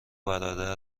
برادر